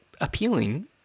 appealing